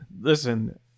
listen